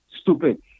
stupid